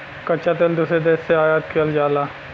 कच्चा तेल दूसरे देश से आयात किहल जाला